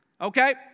Okay